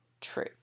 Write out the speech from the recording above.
True